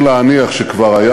אבל בידי מי היוזמה?